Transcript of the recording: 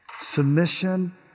Submission